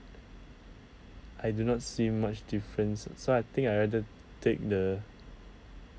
I do not see much difference so I think I rather take the